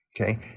Okay